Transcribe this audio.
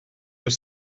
your